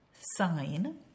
sign